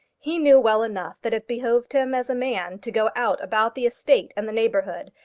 he knew well enough that it behoved him as a man to go out about the estate and the neighbourhood,